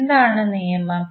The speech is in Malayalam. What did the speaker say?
എന്താണ് നിയമം